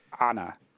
Anna